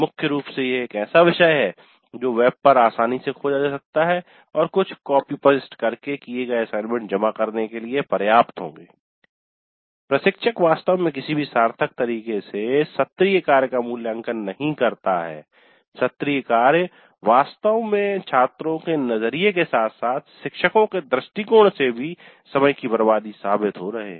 मुख्य रूप से यह एक ऐसा विषय है जो वेब पर आसानी से खोजा जा सकता है और कुछ कॉपी पेस्ट करके किये गए असाइनमेंट जमा करने के लिए पर्याप्त होंगे प्रशिक्षक वास्तव में किसी भी सार्थक तरीके से सत्रीय कार्य का मूल्यांकन नहीं करता है सत्रीय कार्य वास्तव में छात्रों के नजरिये के साथ साथ शिक्षको के दृष्टिकोण से भी समय की बर्बादी साबित हो रहे हैं